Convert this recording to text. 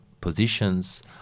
positions